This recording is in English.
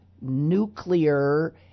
nuclear